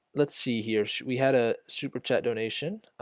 let's see here. we had a super chat donation